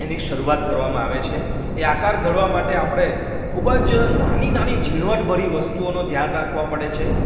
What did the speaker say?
એની શરૂઆત કરવામાં આવે છે એ આકાર ઘડવામાં માટે આપણે ખૂબ જ નાની નાની જીણવટ ભરી વસ્તુઓનો ધ્યાન રાખવા પડે છે